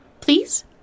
Please